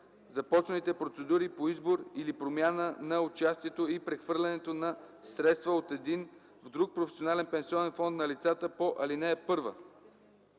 започналите процедури по избор или промяна на участието и прехвърлянето на средства от един в друг професионален пенсионен фонд на лицата по ал. 1.